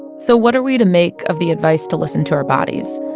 so what are we to make of the advice to listen to our bodies?